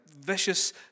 vicious